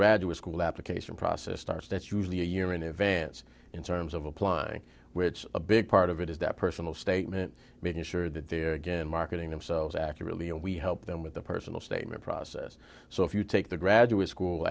graduate school application process starts that's usually a year in advance in terms of applying which a big part of it is that personal statement making sure that they're again marketing themselves accurately and we help them with the personal statement process so if you take the graduate school